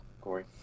Corey